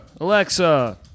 Alexa